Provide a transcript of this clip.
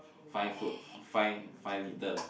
fine food fine fine litter